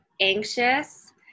anxious